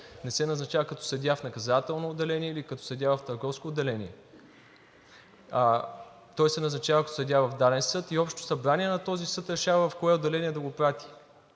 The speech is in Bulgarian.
не се назначава като съдия в наказателно отделение или като съдия в търговско отделение. Той се назначава като съдия в даден съд и общото събрание на този съд решава в кое отделение да го прати